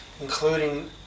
including